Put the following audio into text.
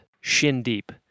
Shin-deep